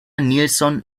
nilsson